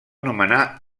nomenar